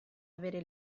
avere